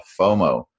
FOMO